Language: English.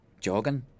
Jogging